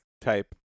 type